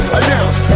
announce